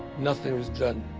nothing was done.